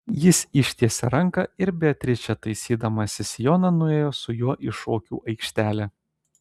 jis ištiesė ranką ir beatričė taisydamasi sijoną nuėjo su juo į šokių aikštelę